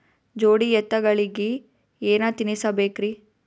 ಜೋಡಿ ಎತ್ತಗಳಿಗಿ ಏನ ತಿನಸಬೇಕ್ರಿ?